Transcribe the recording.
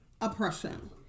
oppression